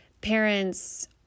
parents